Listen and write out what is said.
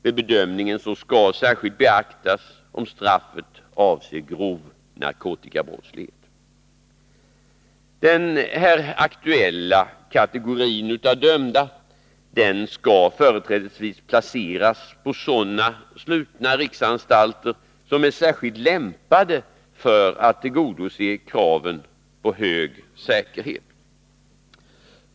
Vid bedömningen skall särskilt beaktas om straffet avser grov narkotikabrottslighet. Den nu aktuella kategorin av dömda skall företrädesvis placeras på sådana slutna riksanstalter som är särskilt lämpade att tillgodose kraven på hög säkerhet.